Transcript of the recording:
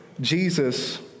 Jesus